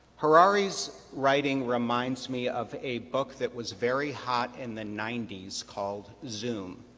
harari's writing reminds me of a book that was very hot in the ninety s called zoom.